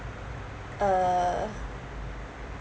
uh